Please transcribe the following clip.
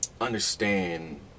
understand